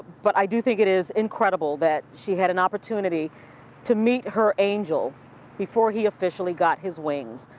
but i do think it is incredible that she had an opportunity to meet her angel before he officially got his wings.